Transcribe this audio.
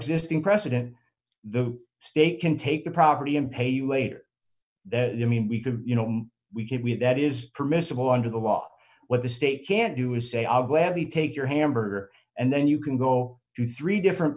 existing precedent the state can take the property and pay later the mean we can you know we can we that is permissible under the law what the state can't do is say i'll gladly take your hamburger and then you can go to three different